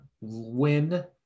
win